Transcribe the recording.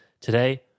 Today